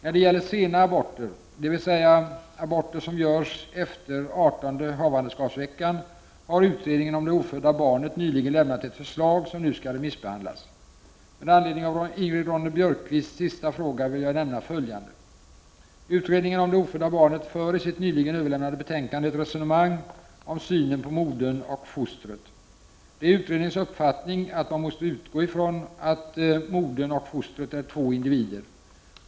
När det gäller sena aborter, dvs. aborter som görs efter artonde havande skapsveckan, har utredningen om det ofödda barnet nyligen lämnat ett förslag som nu skall remissbehandlas. Med anledning av Ingrid Ronne-Björkqvists sista fråga vill jag nämna följande. Utredningen om det ofödda barnet för i sitt nyligen överlämnade betänkande ett resonemang om synen på modern och fostret. Det är utredningens uppfattning att man måste utgå från att modern och fostret är två individer.